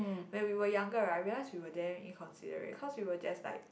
when we were younger right we realized we were damn inconsiderate cause we were just like